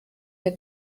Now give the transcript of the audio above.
der